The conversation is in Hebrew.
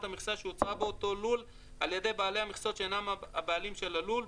המכסה שיוצרה באותו לול על ידי בעלי מכסות שאינם הבעלים של הלול,